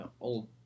old